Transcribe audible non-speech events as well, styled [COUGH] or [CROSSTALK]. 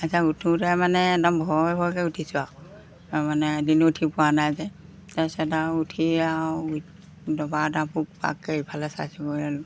তাৰপাছত উঠোতে মানে একদম ভয় ভয়কৈ উঠিছোঁ আৰু আৰু মানে এদিনো উঠি পোৱা নাই যে তাৰপিছত আৰু উঠি আৰু দবা এটা পোক পাককে ইফালে চাইছোঁ [UNINTELLIGIBLE]